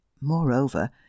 Moreover